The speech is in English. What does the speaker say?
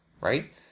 right